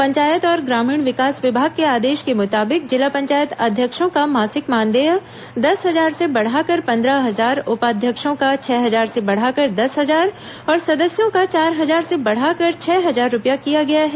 पंचायत और ग्रामीण विकास विभाग के आदेश के मुताबिक जिला पंचायत अध्यक्षों का मासिक मानदेय दस हजार से बढ़ाकर पंद्रह हजार उपाध्यक्षों का छह हजार से बढ़ाकर दस हजार और सदस्यों का चार हजार से बढ़ाकर छह हजार रूपए किया गया है